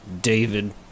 David